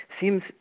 seems